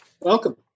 Welcome